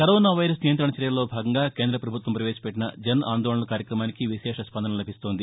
corona virus నియంత్రణ చర్యల్లో భాగంగా కేంద్రపభుత్వం వవేశపెట్టిన జన్ ఆందోళన్ కార్యక్రమానికి విశేష స్పందన లభిస్తోంది